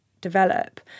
develop